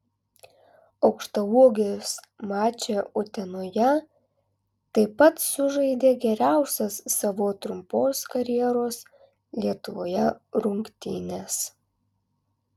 aukštaūgis mače utenoje taip pat sužaidė geriausias savo trumpos karjeros lietuvoje rungtynes